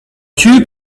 two